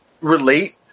relate